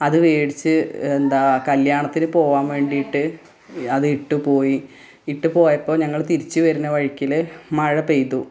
അത് വേടിച്ച് എന്താ കല്യാണത്തിന് പോവാൻ വേണ്ടിയിട്ട് അതിട്ട് പോയി ഇട്ട് പോയപ്പോൾ ഞങ്ങൾ തിരിച്ച് വരുന്ന വഴിയിൽ മഴ പെയ്തു